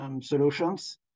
solutions